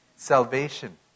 Salvation